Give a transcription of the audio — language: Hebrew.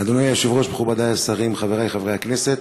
אדוני היושב-ראש, מכובדי השרים, חברי חברי הכנסת,